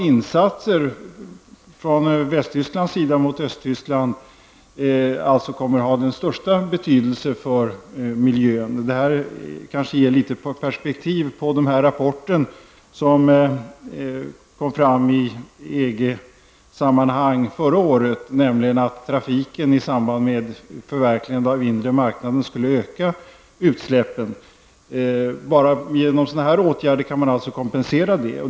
Insatser från Västtyskland till Östtyskland kommer att ha den största betydelse för miljön. Detta kanske ger litet perspektiv till den rapport som kom fram i EG sammanhang förra året om att trafiken i samband med ett förverkligande av den inre marknaden skulle öka utsläppen. Genom att vidta sådana här åtgärder kan man alltså kompensera detta.